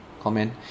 comment